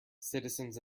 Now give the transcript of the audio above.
citizens